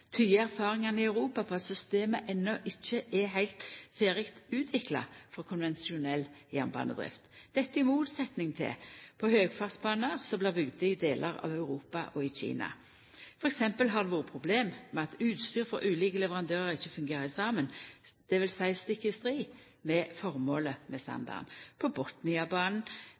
tyder erfaringane i Europa på at systemet enno ikkje er heilt ferdig utvikla for konvensjonell jernbanedrift – dette i motsetnad til på høgfartsbaner som blir bygde i delar av Europa og i Kina. For eksempel har det vore problem med at utstyr frå ulike leverandørar ikkje fungerer saman, dvs. stikk i strid med føremålet med standarden. På